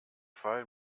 fall